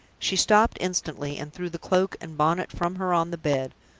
she stopped instantly, and threw the cloak and bonnet from her on the bed.